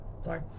sorry